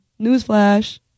Newsflash